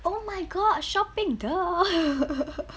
oh my god shopping !duh!